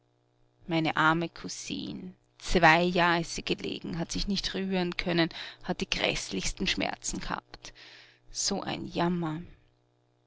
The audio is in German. meine arme cousin zwei jahr ist sie gelegen hat sich nicht rühren können hat die gräßlichsten schmerzen g'habt so ein jammer